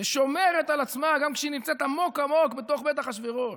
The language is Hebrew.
ושומרת על עצמה גם כשהיא נמצאת עמוק עמוק בתוך בית אחשוורוש.